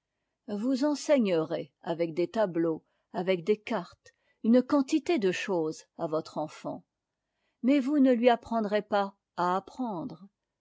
vous c enseignerez avec des tableaux avec des cartes une quantité de choses à votre enfant mais vous no lui apprendrez pas à apprendre